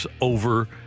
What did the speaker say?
over